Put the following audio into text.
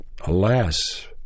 alas